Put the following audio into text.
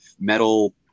metal